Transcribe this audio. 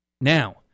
Now